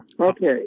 Okay